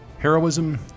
Heroism